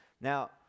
Now